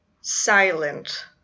silent